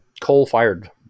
coal-fired